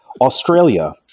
Australia